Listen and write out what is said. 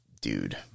dude